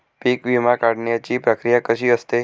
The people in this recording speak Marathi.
पीक विमा काढण्याची प्रक्रिया कशी असते?